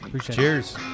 Cheers